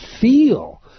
feel